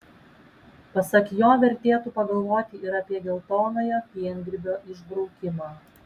pasak jo vertėtų pagalvoti ir apie geltonojo piengrybio išbraukimą